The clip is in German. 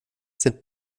sind